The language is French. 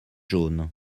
jaunes